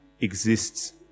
exists